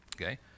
Okay